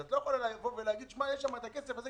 את לא יכולה להגיד: יש את הכסף הזה.